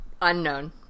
Unknown